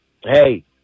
Hey